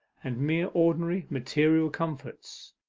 and mere ordinary, material comforts,